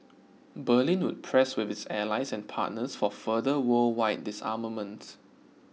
Berlin would press with its allies and partners for further worldwide disarmament